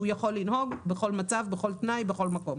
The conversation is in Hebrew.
הוא יכול לנהוג בכל מצב, בכל תנאי, בכל מקום.